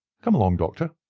come along, doctor,